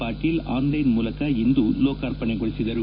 Patil online ಮೂಲಕ ಇಂದು ಲೋಕಾರ್ಪಣೆಗೊಳಿಸಿದರು